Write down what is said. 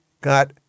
got